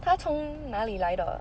他从哪里来的